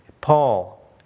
Paul